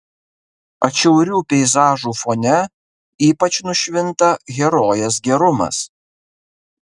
atšiaurių peizažų fone ypač nušvinta herojės gerumas